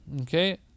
okay